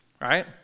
right